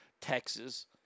Texas